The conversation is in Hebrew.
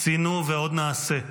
עשינו ועוד נעשה.